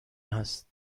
هست